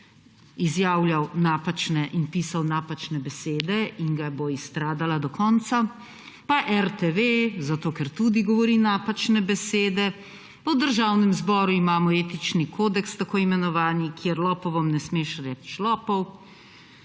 izjavljal in pisal napačne besede, in ga bo izstradala do konca, pa RTV, zato ker tudi govori napačne besede, pa v Državnem zboru imamo etični kodeks tako imenovani, kjer lopovom ne smeš reči lopov.